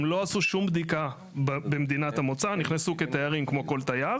זה עלה בוועדת הקליטה לפני כשבועיים.